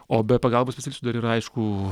o be pagalbos specialist dar yra aišku